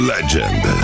Legend